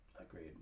Agreed